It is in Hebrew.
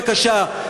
בבקשה,